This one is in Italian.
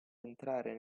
entrare